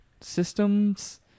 systems